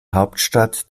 hauptstadt